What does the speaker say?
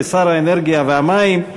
כשר האנרגיה והמים,